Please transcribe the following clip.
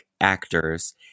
actors